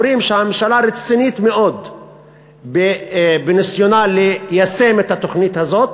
אומרים שהממשלה רצינית מאוד בניסיונה ליישם את התוכנית הזאת,